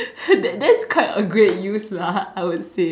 that that is quite a great use lah I would say